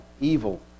evil